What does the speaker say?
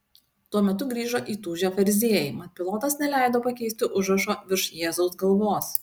tuo metu grįžo įtūžę fariziejai mat pilotas neleido pakeisti užrašo virš jėzaus galvos